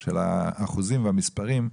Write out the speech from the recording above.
של האחוזים והמספרים.